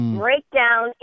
breakdown